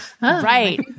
Right